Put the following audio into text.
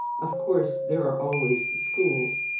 of course there are always the schools.